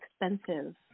expensive